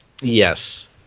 Yes